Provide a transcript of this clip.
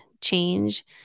change